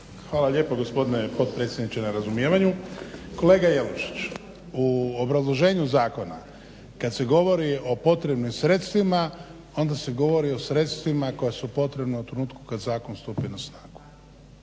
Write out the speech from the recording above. Hvala lijepo gospodine potpredsjedniče na razumijevanju. Kolega Jelušić u obrazloženju zakona kada se govori o potrebnim sredstvima onda se govori o sredstvima koja su potrebna u trenutku kada zakon stupi na snagu.